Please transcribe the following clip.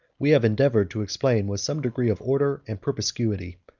we have endeavored to explain with some degree of order and perspicuity.